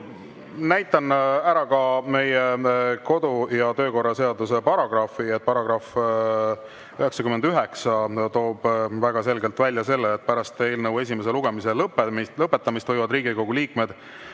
Näitan ära meie kodu- ja töökorra seaduse paragrahvi: § 99 [lõige 1] toob väga selgelt välja selle: "Pärast eelnõu esimese lugemise lõpetamist võivad Riigikogu liikmed,